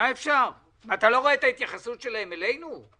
אתה לא רואה את ההתייחסות שלהם אלינו?